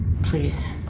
Please